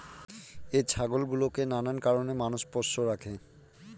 এই ছাগল গুলোকে নানান কারণে মানুষ পোষ্য রাখে